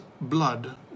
blood